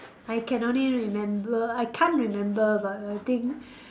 I can only remember I can't remember but I think